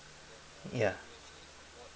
ya